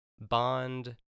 bond